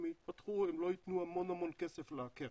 הם יתפתחו הם לא ייתנו המון המון כסף לקרן.